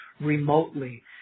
remotely